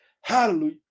Hallelujah